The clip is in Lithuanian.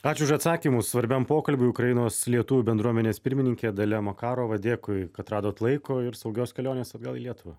ačiū už atsakymus svarbiam pokalbiui ukrainos lietuvių bendruomenės pirmininkė dalia makarovą dėkui kad radot laiko ir saugios kelionės atgal į lietuvą